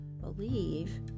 believe